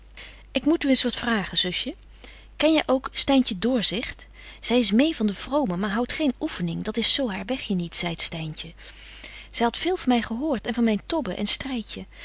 ik moet u eens wat vragen zusje ken jy ook styntje doorzigt zy is mêe van de vromen maar houdt geen oeffening dat is zo haar wegje niet zeit styntje zy hadt veel van my gehoort en van myn tobben en